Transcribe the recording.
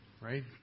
right